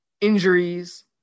injuries